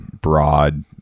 broad